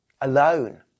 Alone